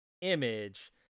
image